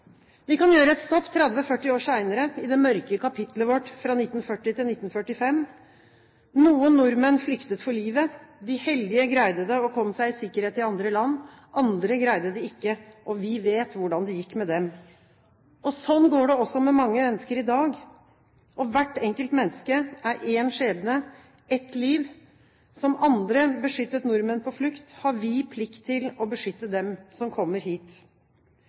Vi kan gjøre et stopp 30–40 år senere, i det mørke kapitlet vårt, fra 1940 til 1945. Noen nordmenn flyktet for livet. De heldige greide det og kom seg i sikkerhet i andre land. Andre greide det ikke, og vi vet hvordan det gikk med dem. Slik går det også med mange mennesker i dag. Hvert enkelt menneske er én skjebne, ett liv. Slik som andre beskyttet nordmenn på flukt, har vi plikt til å beskytte dem som kommer hit.